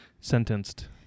sentenced